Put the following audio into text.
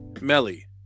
Melly